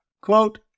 Quote